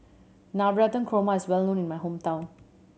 Navratan Korma is well known in my hometown